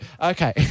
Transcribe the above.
Okay